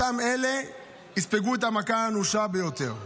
אותן אלה יספגו את המכה האנושה ביותר.